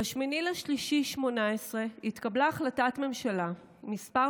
ב-8 במרץ 2018 התקבלה החלטת הממשלה מס'